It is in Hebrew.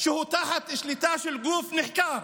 שהוא תחת שליטה של גוף נחקר.